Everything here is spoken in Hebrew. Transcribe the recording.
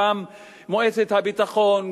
גם מועצת הביטחון,